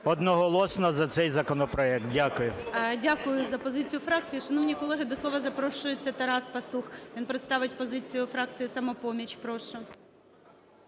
одноголосно за цей законопроект. Дякую. ГОЛОВУЮЧИЙ. Дякую за позиція фракції. Шановні колеги, до слова запрошується Тарас Пастух. Він представить позицію фракції "Самопоміч". Прошу.